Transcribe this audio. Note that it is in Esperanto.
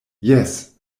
jes